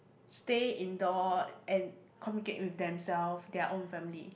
stay indoor and communicate with themselves their own family